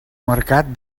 mercat